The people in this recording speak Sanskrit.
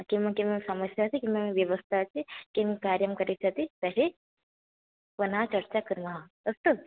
किं किं समस्या अस्ति किं किं व्यवस्था अस्ति किं कार्यं करिष्यति तर्हि पुनः चर्चा कुर्मः अस्तु